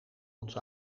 ons